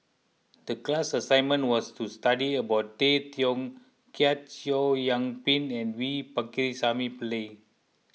the class assignment was to study about Tay Teow Kiat Chow Yian Ping and V Pakirisamy Pillai